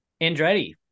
andretti